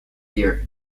year